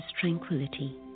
tranquility